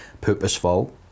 purposeful